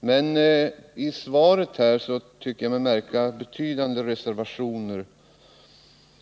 men i det här svaret tycker jag mig märka betydande reservationer.